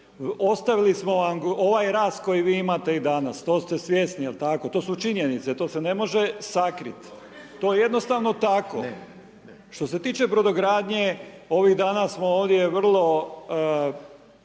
Ostavili smo vam ovaj rast koji vi imate i danas, to ste svjesni, jel tako, to su činjenice, to se ne može sakriti. To je jednostavno tako. Što se tiče Brodogradnje, ovih dana smo ovdje vrlo